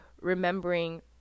remembering